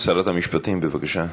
שרת המשפטים, בבקשה.